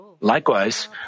Likewise